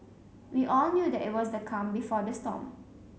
we all knew that it was the calm before the storm